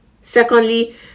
secondly